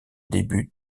début